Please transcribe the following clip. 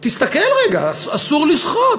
תסתכל רגע: אסור לשחות,